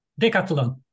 Decathlon